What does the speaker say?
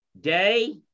day